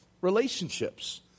relationships